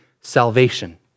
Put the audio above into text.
salvation